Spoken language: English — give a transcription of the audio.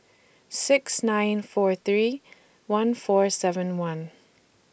six nine four three one four seven one